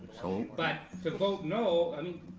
so? but, to vote no, i mean.